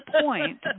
point